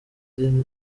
ari